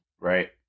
Right